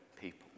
people